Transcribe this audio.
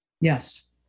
Yes